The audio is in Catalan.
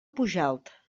pujalt